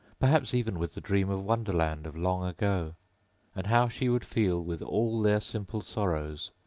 perhaps even with the dream of wonderland of long ago and how she would feel with all their simple sorrows,